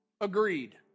Agreed